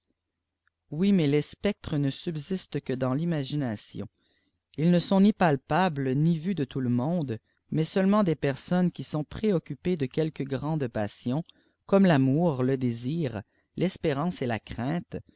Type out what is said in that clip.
oui mais les sff ps j çgtçt teis l'imagination ils ne sont ni palpables ni vus de tout le monde mais seulement des krsonnes qui sont préoccupées de celque grande passion çpv mour je désir feérarice et'la crainte